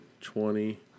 Twenty